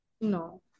no